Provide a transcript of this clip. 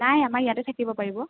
নাই আমাৰ ইয়াতে থাকিব পাৰিব